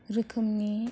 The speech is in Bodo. रोखोमनि